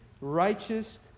righteous